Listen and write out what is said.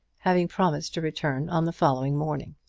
having promised to return on the following morning.